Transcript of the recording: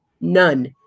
None